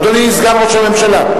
אדוני, סגן ראש הממשלה.